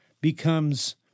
becomes